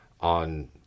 on